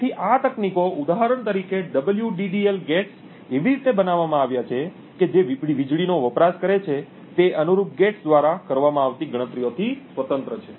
તેથી આ તકનીકો ઉદાહરણ તરીકે WDDL ગેટ્સ એવી રીતે બનાવવામાં આવ્યાં છે કે જે વીજળીનો વપરાશ કરે છે તે અનુરૂપ ગેટ્સ દ્વારા કરવામાં આવતી ગણતરીઓથી સ્વતંત્ર છે